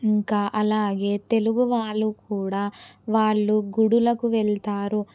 ఇంకా అలాగే తెలుగువాళ్ళు కూడా వాళ్ళ గుడిలకు వెళ్తారు